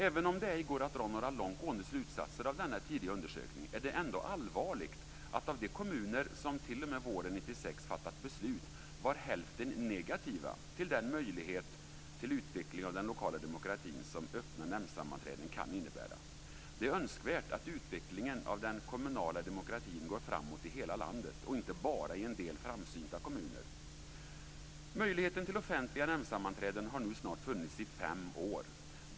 Även om det ej går att dra några långtgående slutsatser av denna tidiga undersökning är det ändå allvarligt att av de kommuner som t.o.m. våren 1996 fattat beslut var hälften negativa till den möjlighet till utveckling av den lokala demokratin som öppna nämndsammanträden kan innebära. Det är önskvärt att utvecklingen av den kommunala demokratin går framåt i hela landet och inte bara i en del framsynta kommuner. Möjligheten till offentliga nämndsammanträden har nu funnits i snart fem år.